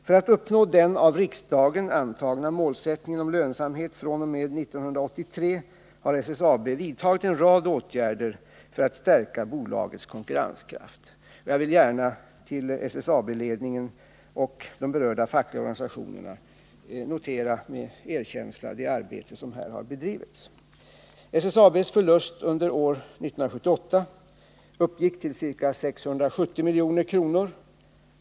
För att uppnå den av riksdagen antagna målsättningen om lönsamhet fr.o.m. 1983 har SSAB vidtagit en rad åtgärder för att stärka bolagets konkurrenskraft. Jag vill gärna till SSAB-ledningen och de berörda fackliga organisationerna med erkänsla notera det arbete som här har bedrivits. SSAB:s förlust under år 1978 uppgick till ca 670 milj.kr.